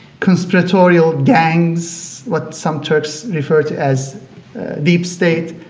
conspiratorial gangs, what some turks refer to as deep-state,